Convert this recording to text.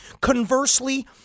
Conversely